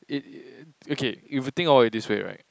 it it it okay if you think of it this way right